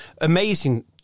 Amazing